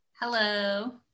Hello